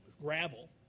gravel